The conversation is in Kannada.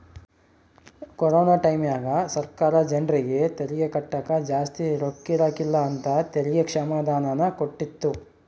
ಕೊರೊನ ಟೈಮ್ಯಾಗ ಸರ್ಕಾರ ಜರ್ನಿಗೆ ತೆರಿಗೆ ಕಟ್ಟಕ ಜಾಸ್ತಿ ರೊಕ್ಕಿರಕಿಲ್ಲ ಅಂತ ತೆರಿಗೆ ಕ್ಷಮಾದಾನನ ಕೊಟ್ಟಿತ್ತು